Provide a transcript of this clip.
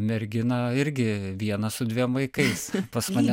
merginą irgi vieną su dviem vaikais pas mane